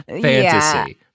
fantasy